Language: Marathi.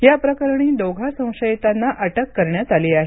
या प्रकरणी दोघा संशयीतांना अटक करण्यात आली आहे